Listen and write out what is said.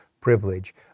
privilege